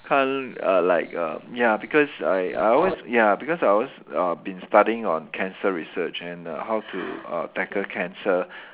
can't err like err ya because I I always ya because I always uh been studying on cancer research and how to uh tackle cancer